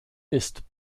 ist